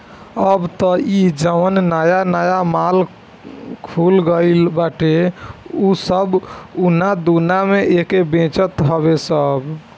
अब तअ इ जवन नया नया माल खुल गईल बाटे उ सब उना दूना में एके बेचत हवे सब